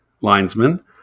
linesman